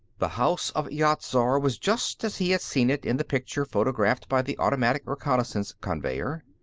the house of yat-zar was just as he had seen it in the picture photographed by the automatic reconnaissance-conveyer.